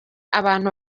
abantu